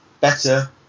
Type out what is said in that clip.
better